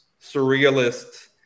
surrealist